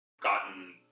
gotten